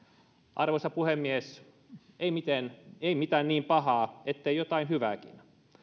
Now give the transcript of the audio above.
arvoisa puhemies ei mitään niin pahaa ettei jotain hyvääkin